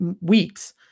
weeks